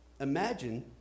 Imagine